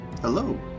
Hello